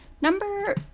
Number